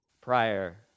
prior